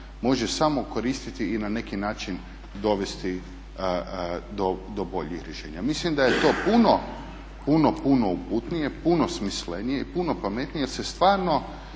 može samo koristiti i na neki način dovesti do boljeg rješenja. Mislim da je to puno, puno uputnije, puno smislenije i puno pametnije jer se stvarno